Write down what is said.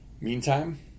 Meantime